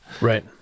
Right